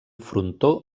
frontó